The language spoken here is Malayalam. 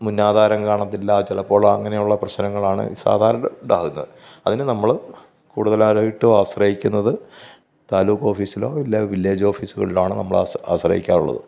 മുന്നാധാരം കാണത്തില്ല ചിലപ്പോൾ അങ്ങനെയുള്ള പ്രശ്നങ്ങളാണ് സാധാരണ ഉണ്ടാകുന്നത് അതിന് നമ്മള് കൂടുതലാലായിട്ടും ആശ്രയിക്കുന്നത് താലൂക്കാേഫീസിലോ ഇല്ലേൽ വില്ലേജ് ഓഫീസുകളിലാണ് നമ്മള് ആസ് ആശ്രയിക്കാറുള്ളത്